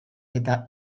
eta